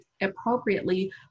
appropriately